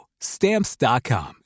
Stamps.com